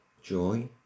joy